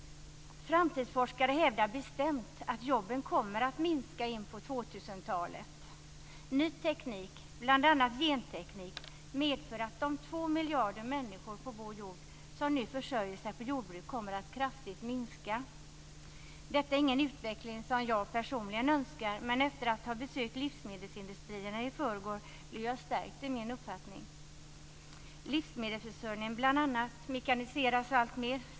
Framtidsforskare hävdar bestämt att antalet jobb kommer att minska in på 2000-talet. Ny teknik, bl.a. genteknik, medför att antalet människor på vår jord som försörjer sig på jordbruk kommer att minska kraftigt; nu är det två miljarder som gör det. Detta är ingen utveckling som jag personligen önskar, men efter att ha besökt livsmedelsindustrierna i förrgår blev jag stärkt i min uppfattning. Livsmedelsförsörjningen, bl.a., mekaniseras alltmer.